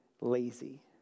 lazy